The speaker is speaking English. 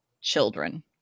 children